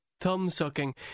Thumb-sucking